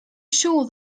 sure